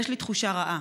יש לי תחושה רעה.